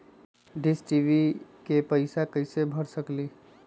Dish TV के पैईसा कईसे भर सकली?